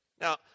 Now